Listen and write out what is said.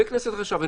ותהיה כנסת חדשה,